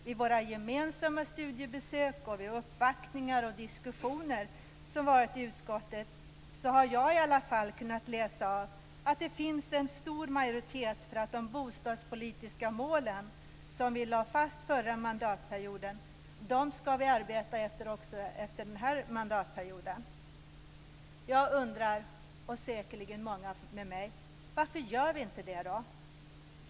Vid våra gemensamma studiebesök och vid uppvaktningar och diskussioner som varit i utskottet har jag i alla fall kunnat läsa av att det finns en stor majoritet för att de bostadspolitiska målen som vi lade fast förra mandatperioden skall vi arbeta efter också den här mandatperioden. Jag undrar och säkerligen många med mig: Varför gör vi inte det?